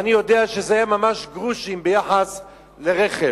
ואני יודע שזה היה ממש גרושים ביחס לרכב,